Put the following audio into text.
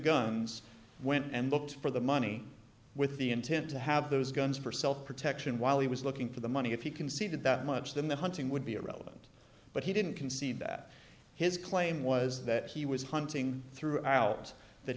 guns went and looked for the money with the intent to have those guns for self protection while he was looking for the money if you can see that that much then the hunting would be irrelevant but he didn't concede that his claim was that he was hunting throughout that